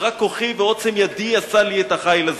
שרק "כוחי ועוצם ידי עשה לי את החיל הזה".